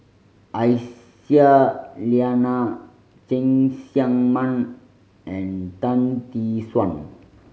Aisyah Lyana Cheng Tsang Man and Tan Tee Suan